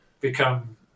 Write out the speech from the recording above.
become